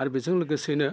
आरो बेजों लोगोसेनो